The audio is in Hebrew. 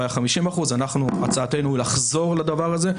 הוא היה 50%. הצעתנו היא לחזור לדבר הזה,